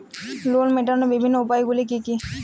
Loan মেটানোর বিভিন্ন উপায়গুলি কী কী?